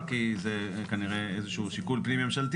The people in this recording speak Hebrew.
זה קיים,